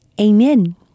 Amen